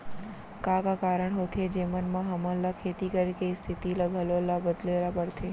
का का कारण होथे जेमन मा हमन ला खेती करे के स्तिथि ला घलो ला बदले ला पड़थे?